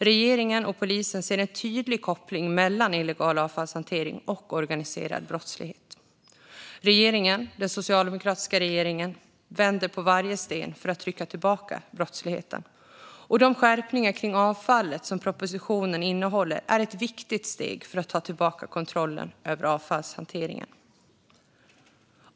Regeringen och polisen ser en tydlig koppling mellan illegal avfallshantering och organiserad brottslighet. Den socialdemokratiska regeringen vänder på varje sten för att trycka tillbaka brottsligheten. De skärpningar kring avfallet som propositionen innehåller är ett viktigt steg för att ta tillbaka kontrollen över avfallshanteringen.